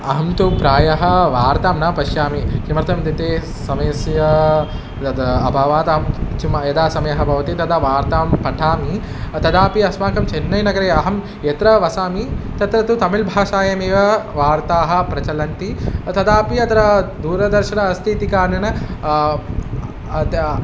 अहं तु प्रायः वार्तां न पश्यामि किमर्थम् इत्युक्ते समयस्य तद् अभावात् अहं चुम यदा समयः भवति तदा वार्तां पठामि तदापि अस्माकं चन्नैनगरे अहं यत्र वसामि तत्र तु तमिळ्भाषायामेव वार्ताः प्रचलन्ति तदापि अत्र दूरदर्शनम् अस्ति इति कारणेन अतः